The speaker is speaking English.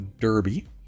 derby